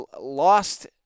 lost